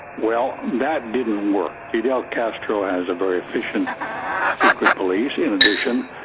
well, that didn't work. fidel castro has a very efficient secret police. in addition,